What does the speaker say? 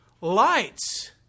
lights